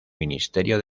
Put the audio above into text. ministerio